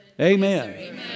Amen